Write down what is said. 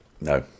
No